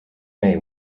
may